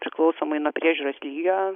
priklausomai nuo priežiūros lygio